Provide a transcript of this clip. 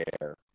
air